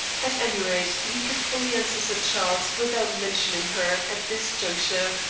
at any rate, he could fully answer sir charles without mentioning her at this juncture.